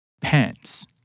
Pants